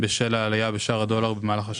בשל העלייה בשער הדולר במהלך השנה.